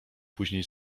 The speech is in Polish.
później